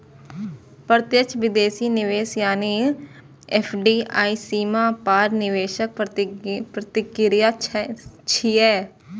प्रत्यक्ष विदेशी निवेश यानी एफ.डी.आई सीमा पार निवेशक प्रक्रिया छियै